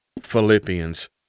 Philippians